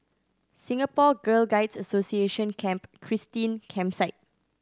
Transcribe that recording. Singapore Girl Guides Association Camp Christine Campsite